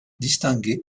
distinguer